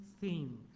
theme